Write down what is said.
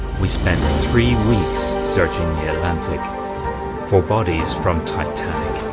we spent three weeks searching the atlantic for bodies from titanic.